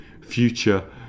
future